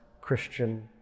Christian